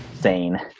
sane